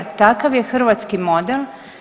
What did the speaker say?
Takav je hrvatski model.